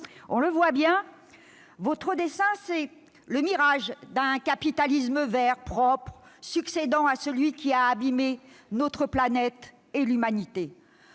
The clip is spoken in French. On le voit bien, votre dessein, c'est le mirage d'un capitalisme vert, propre, succédant à celui qui a abîmé notre planète et l'humanité.